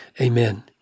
amen